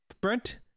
Brent